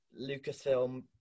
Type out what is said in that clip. Lucasfilm